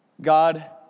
God